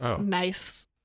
nice